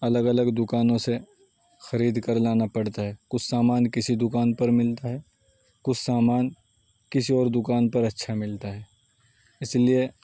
الگ الگ دکانوں سے خرید کر لانا پڑتا ہے کچھ سامان کسی دکان پر ملتا ہے کچھ سامان کسی اور دکان پر اچھا ملتا ہے اس لیے